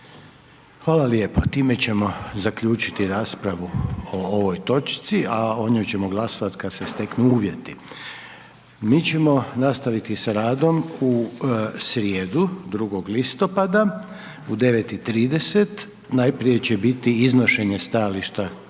Hvala lijepa. Time ćemo zaključiti raspravu o ovoj točci a o njoj ćemo glasovati kad se steknu uvjeti. Mi ćemo nastaviti sa radom u srijedu 2. listopada u 9,30h. Najprije će biti iznošenje stajališta